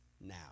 now